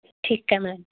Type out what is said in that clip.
ਠੀਕ ਹੈ ਮੈਮ